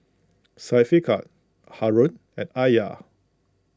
Syafiqah Haron and Alya